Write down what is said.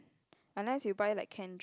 unless you buy like can drinks